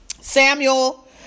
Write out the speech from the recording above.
Samuel